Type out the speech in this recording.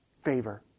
favor